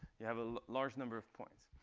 you have a large number of points.